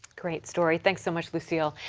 great story. thanks so much, lucille.